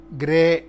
grey